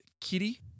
kitty